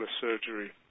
Surgery